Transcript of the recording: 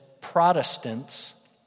Protestants